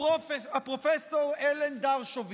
הפרופ' אלן דרשוביץ,